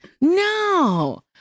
No